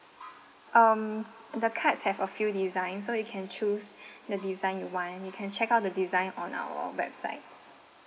um the cards have a few designs so you can choose the design you want you can check out the design on our website